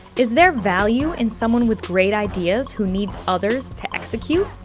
is there value in someone with great ideas who needs others to execute?